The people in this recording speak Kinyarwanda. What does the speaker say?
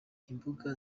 imbuga